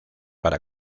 para